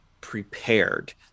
prepared